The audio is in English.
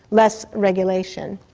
less regulation.